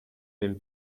been